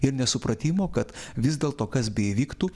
ir nesupratimo kad vis dėlto kas beįvyktų